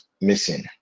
missing